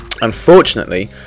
Unfortunately